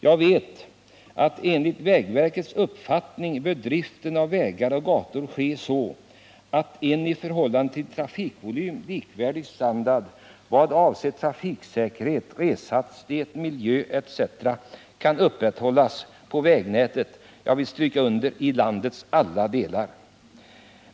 Jag vet att driften av vägar och gator enligt vägverkets uppfattning bör ske så att en i förhållande till trafikvolym likvärdig standard vad avser trafiksäkerhet, reshastighet, miljö etc. kan upprätthållas på vägnätet i — och det vill jag understryka — landets alla delar.